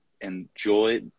enjoy